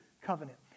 covenant